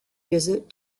visit